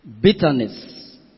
Bitterness